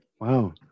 Wow